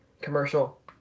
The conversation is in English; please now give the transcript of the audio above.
commercial